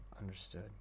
understood